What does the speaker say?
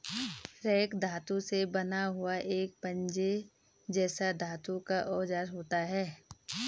rake धातु से बना हुआ एक पंजे जैसा धातु का औजार होता है